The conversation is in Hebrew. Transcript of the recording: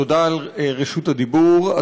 תודה על רשות הדיבור,